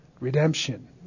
redemption